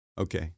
Okay